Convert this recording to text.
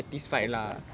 satisfied